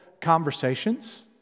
conversations